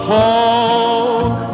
talk